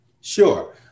Sure